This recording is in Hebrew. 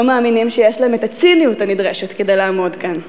מאמינים שיש להם את הציניות הנדרשת כדי לעמוד כאן.